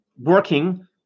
working